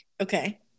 okay